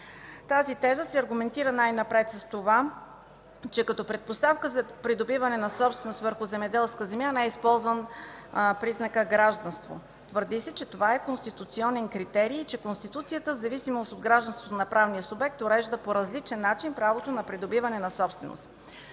Тази теза се аргументира най-напред с това, че като предпоставка за придобиване на собственост върху земеделска земя не е използван признакът „гражданство”. Твърди се, че това е конституционен критерий, че Конституцията в зависимост от гражданството на правния субект урежда по различен начин правото на придобиване на собственост.